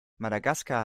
madagaskar